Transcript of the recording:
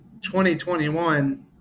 2021